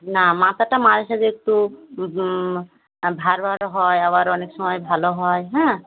না মাথাটা মাঝেসাঝে একটু ভার ভার হয় আবার অনেক সময় ভালো হয় হ্যাঁ